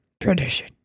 tradition